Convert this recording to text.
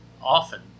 often